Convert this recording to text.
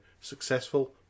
successful